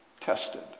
tested